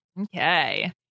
Okay